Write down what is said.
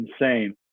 insane